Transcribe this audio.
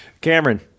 Cameron